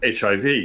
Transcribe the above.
hiv